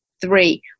three